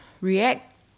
react